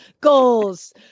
Goals